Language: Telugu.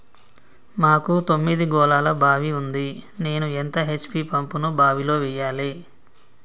మాకు తొమ్మిది గోళాల బావి ఉంది నేను ఎంత హెచ్.పి పంపును బావిలో వెయ్యాలే?